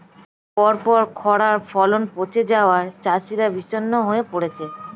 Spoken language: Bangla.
পরপর খড়ায় ফলন পচে যাওয়ায় চাষিরা বিষণ্ণ হয়ে পরেছে